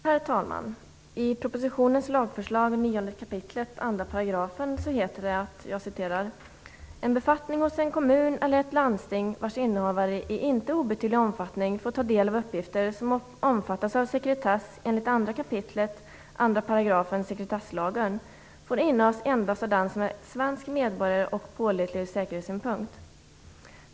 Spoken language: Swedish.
Herr talman! I propositionens förslag till lag i 9 kap. 2 § heter det att "en befattning hos en kommun eller ett landsting vars innehavare i inte obetydlig omfattning får ta del av uppgifter som omfattas av sekretess enligt 2 kap. 2 § sekretesslagen - får innehas endast av den som är svensk medborgare och pålitlig ur säkerhetssynpunkt".